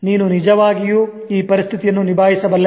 ನೀನು ನಿಜವಾಗಿಯೂ ಈ ಪರಿಸ್ಥಿತಿಯನ್ನು ನಿಭಾಯಿಸಬಲ್ಲೆಯ